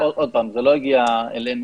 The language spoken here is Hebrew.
אני קיבלתי את המסמך הזה.